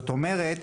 זאת אומרת,